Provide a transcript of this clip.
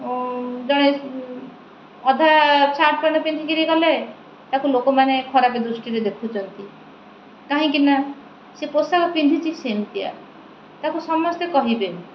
ଜଣେ ଅଧା ଛାଟ ପ୍ୟାଣ୍ଟ ପିନ୍ଧିକରି ଗଲେ ତାକୁ ଲୋକମାନେ ଖରାପ ଦୃଷ୍ଟିରେ ଦେଖୁଛନ୍ତି କାହିଁକି ନା ସେ ପୋଷାକ ପିନ୍ଧିଛି ସେମିତିଆ ତାକୁ ସମସ୍ତେ କହିବେନି